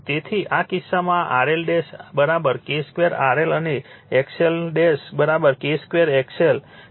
તેથી આ કિસ્સામાં આ RL K2 RL અને XL K2 XL